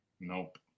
Nope